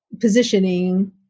positioning